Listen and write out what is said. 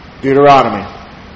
Deuteronomy